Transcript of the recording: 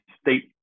state